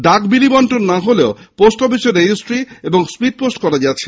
ডাক বিলি বন্টন না হলেও পোস্ট অফিসে রেজিস্ট্রি ও স্পিড পোস্ট করা যাচ্ছে